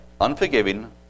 unforgiving